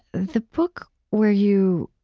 the book where you,